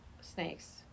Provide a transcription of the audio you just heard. Snakes